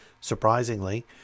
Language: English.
Surprisingly